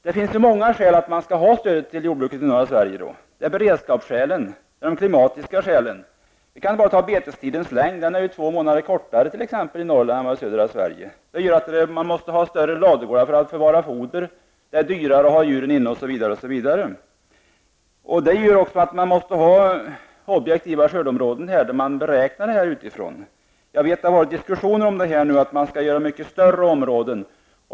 Det finns många skäl att ha stöd till jordbruket i norra Sverige, t.ex. beredskapsskäl och klimatiska skäl. Ta bara betestidens längd -- den är två månader kortare i Norrland än i södra Sverige. Det gör att man måste ha större ladugårdar för att förvara foder, och det är dyrare att ha djuren inne än ute, osv. Det gör också att man måste ha objektiva skördeområden utifrån vilka man gör beräkningarna. Jag vet att det har varit diskussioner om att man skall ha mycket större områden.